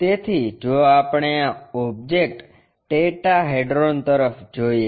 તેથી જો આપણે આ ઓબ્જેક્ટ ટેટ્રાહેડ્રોન તરફ જોઈએ